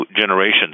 generations